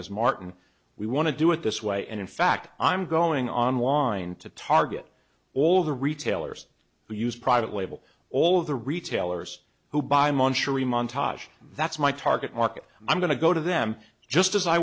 s martin we want to do it this way and in fact i'm going online to target all the retailers who use private label all of the retailers who buy muncher e montages that's my target market i'm going to go to them just as i